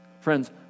Friends